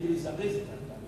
כדי לזרז את התהליך,